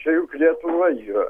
čia juk lietuva yra